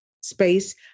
space